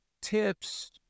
tips